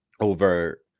over